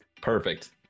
Perfect